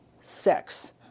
sex